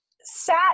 sat